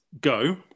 go